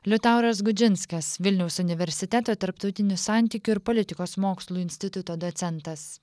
liutauras gudžinskas vilniaus universiteto tarptautinių santykių ir politikos mokslų instituto docentas